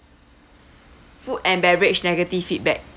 food and beverage negative feedback